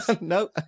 no